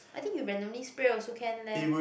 I think you randomly spray also can leh